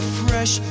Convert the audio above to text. fresh